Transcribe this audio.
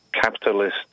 capitalist